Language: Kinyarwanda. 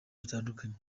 bitandukanye